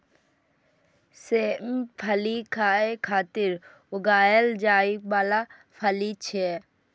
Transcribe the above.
सेम फली खाय खातिर उगाएल जाइ बला फली छियै